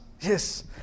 Yes